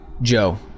Joe